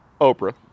Oprah